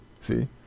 See